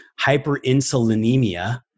hyperinsulinemia